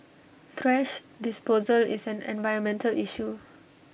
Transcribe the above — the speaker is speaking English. thrash disposal is an environmental issue